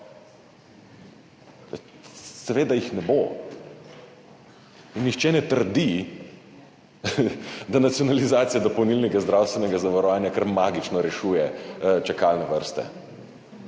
Seveda jih ne bo. Nihče ne trdi, da nacionalizacija dopolnilnega zdravstvenega zavarovanja kar magično rešuje čakalne vrste,